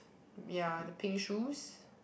ya the pink shoes